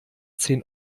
zehn